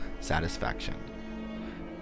satisfaction